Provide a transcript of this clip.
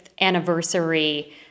anniversary